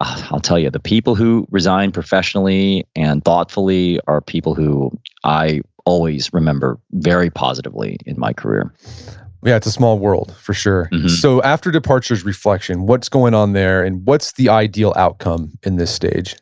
i'll tell you, the people who resigned professionally and thoughtfully are people who i always remember very positively in my career yeah, it's a small world for sure. so after departure's reflection. what's going on there and what's the ideal outcome in this stage?